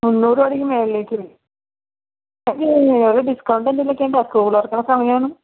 മുന്നൂറ് തുടങ്ങി മുകളിലേക്ക് ഒരു ഡിസ്കൗണ്ട് എന്തെങ്കിലുമൊക്കെ ഉണ്ടോ സ്കൂൾ തുറക്കുന്ന സമയമാണ്